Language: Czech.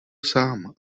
sám